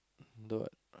the